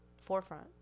forefront